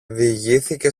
διηγήθηκε